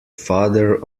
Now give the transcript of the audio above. father